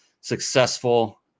successful